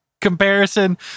comparison